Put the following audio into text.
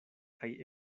kaj